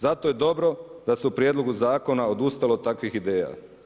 Zato je dobro da se u prijedlogu zakona odustalo od takvih ideja.